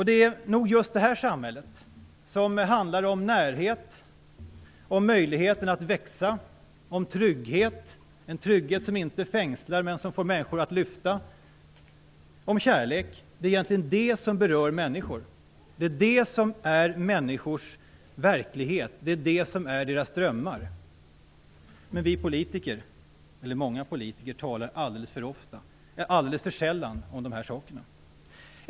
Det som berör människor är ett samhälle som handlar om närhet och om möjligheter att växa, om en trygghet som inte fängslar utan som får människor att lyfta, och ett samhälle som handlar om kärlek. Det är det som är människors verklighet och som är deras drömmar. Men många politiker talar alldeles för sällan om de här sakerna.